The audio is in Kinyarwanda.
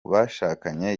bashakanye